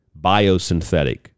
biosynthetic